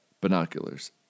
Binoculars